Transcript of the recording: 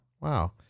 Wow